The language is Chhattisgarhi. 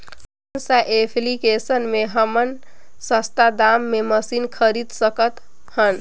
कौन सा एप्लिकेशन मे हमन सस्ता दाम मे मशीन खरीद सकत हन?